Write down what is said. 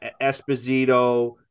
Esposito